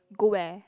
go where